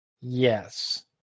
Yes